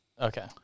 Okay